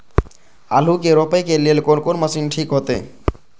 आलू के रोपे के लेल कोन कोन मशीन ठीक होते?